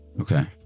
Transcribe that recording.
Okay